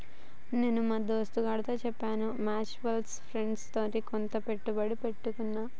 నేను మా దోస్తుగాడు చెప్పాడని మ్యూచువల్ ఫండ్స్ లో కొంత పెట్టుబడి పెట్టిన